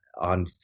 on